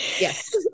yes